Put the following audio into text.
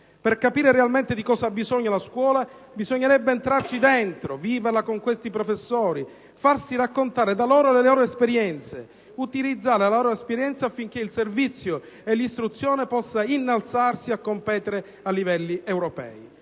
Per capire realmente di cosa ha bisogno la scuola bisognerebbe entrarci dentro, viverla con questi professori, farsi raccontare le loro esperienze, utilizzare la loro esperienza affinché il servizio e l'istruzione possa innalzarsi e competere a livelli europei.